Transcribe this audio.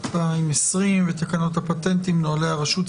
התשפ"א-2020; ותקנות הפטנטים (נוהלי הרשות,